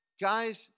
guys